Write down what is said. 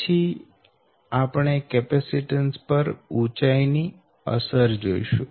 પછી આપણે કેપેસીટન્સ પર ઉંચાઇ ની અસર જોઈશું